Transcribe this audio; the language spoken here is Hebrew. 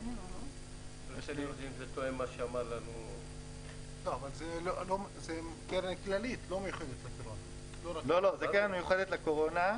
אבל זאת קרן כללית, לא מיוחדת לקורונה.